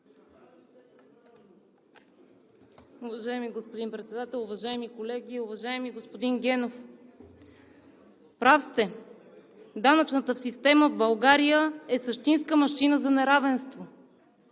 Уважаеми господин Председател, уважаеми колеги! Уважаеми господин Генов, прав сте – данъчната система в България е същинска машина за неравенство.